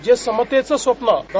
जे समतेचं स्वप्न डॉ